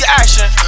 action